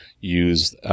use